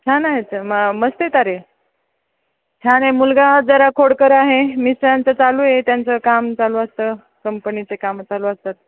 छान आहेत म मस्त आहेत अरे छान आहे मुलगा जरा खोडकर आहे मिस्टरांचं चालू आहे त्यांचं काम चालू असतं कंपनीचं कामे चालू असतात